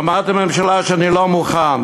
אמרתי לממשלה שאני לא מוכן,